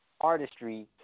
artistry